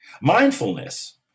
Mindfulness